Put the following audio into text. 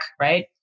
right